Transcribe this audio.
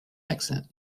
accent